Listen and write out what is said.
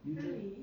usually